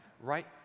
right